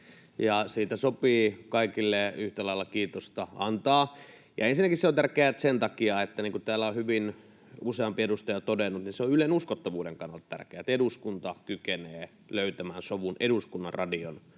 siitä sopii kaikille yhtä lailla kiitosta antaa. Ensinnäkin se on tärkeää sen takia, niin kuin täällä on useampi edustaja hyvin todennut, että se on Ylen uskottavuuden kannalta tärkeää, että eduskunta kykenee löytämään sovun eduskunnan radion